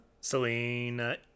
Selena